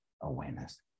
awareness